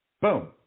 Boom